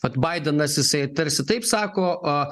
vat baidenas jisai tarsi taip sako o